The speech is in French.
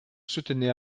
soutenir